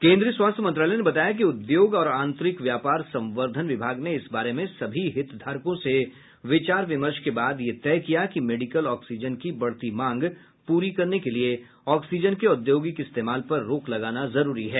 केन्द्रीय स्वास्थ्य मंत्रालय ने बताया कि उद्योग और आंतरिक व्यापार संवर्द्धन विभाग ने इस बारे में सभी हितधारकों से विचार विमर्श के बाद यह तय किया कि मेडिकल ऑक्सीजन की बढ़ती मांग प्ररी करने के लिए ऑक्सीजन के औद्योगिक इस्तेमाल पर रोक लगाना जरूरी है